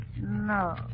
No